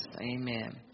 Amen